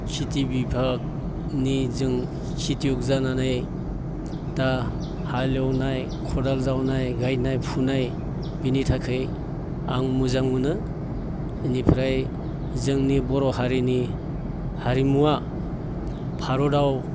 खिथि बिभागनि जों खिथियक जानानै दा हालएवनाय खदाल जावनाय गायनाय फुनाय बिनि थाखाय आं मोजां मोनो इनिफ्राय जोंनि बर' हारिनि हारिमुआ भारताव